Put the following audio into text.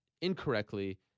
incorrectly